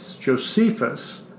Josephus